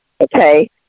Okay